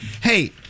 Hey